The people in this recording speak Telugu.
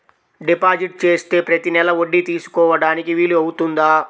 డిపాజిట్ చేస్తే ప్రతి నెల వడ్డీ తీసుకోవడానికి వీలు అవుతుందా?